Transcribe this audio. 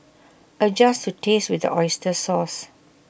adjust to taste with the Oyster sauce